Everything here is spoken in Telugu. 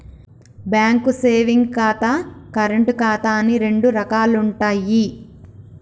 బ్యేంకు సేవింగ్స్ ఖాతా, కరెంటు ఖాతా అని రెండు రకాలుంటయ్యి